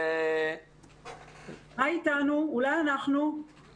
אולי משהו שיאגד את כל הדברים, משהו שהוא חשוב?